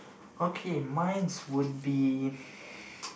okay mines would be